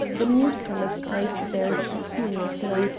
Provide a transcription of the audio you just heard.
the newcomers eyed the barrister curiously,